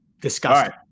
Disgusting